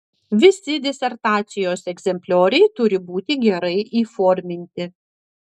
visi disertacijos egzemplioriai turi būti gerai įforminti